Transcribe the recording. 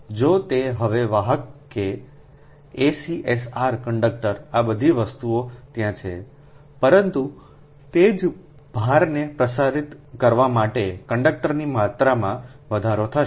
જો તે હવે વાહક છે સંદર્ભિત સમય 0326 ACSR કંડક્ટર આ બધી વસ્તુઓ ત્યાં છે પરંતુ તે જ ભારને પ્રસારિત કરવા માટે કંડક્ટરની માત્રામાં વધારો થશે